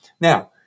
Now